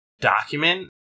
document